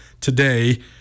today